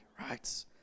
right